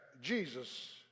Jesus